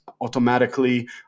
automatically